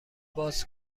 باز